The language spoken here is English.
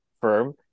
firm